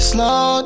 Slow